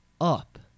up